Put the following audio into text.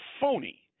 phony